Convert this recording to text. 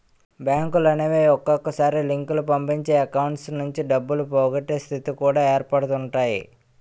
బ్యాంకులనేవి ఒక్కొక్కసారి లింకులు పంపించి అకౌంట్స్ నుంచి డబ్బులు పోగొట్టే స్థితి కూడా ఏర్పడుతుంటాయి